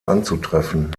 anzutreffen